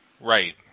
Right